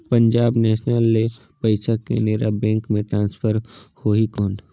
Punjab national ले पइसा Canara bank मे ट्रांसफर होहि कौन?